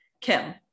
Kim